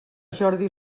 jordi